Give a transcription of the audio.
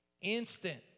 Instant